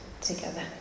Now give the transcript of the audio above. together